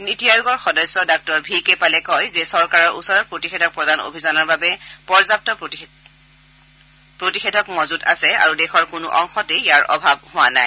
নীতি আয়োগৰ সদস্য ডাঃ ভি কে পালে কয় যে চৰকাৰৰ ওচৰত প্ৰতিষেধক প্ৰদান অভিযানৰ বাবে পৰ্যাপ্ত প্ৰতিষেধক মজুত আছে আৰু দেশৰ কোনো অংশতে ইয়াৰ অভাৱ দেখা দিয়া নাই